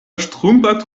ŝtrumpa